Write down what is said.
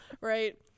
right